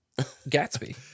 Gatsby